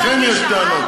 לכם יש טענות.